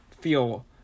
feel